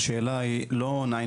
השאלה היא לא 911,